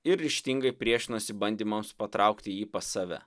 ir ryžtingai priešinosi bandymams patraukti jį pas save